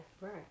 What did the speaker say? Right